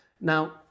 Now